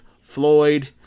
Floyd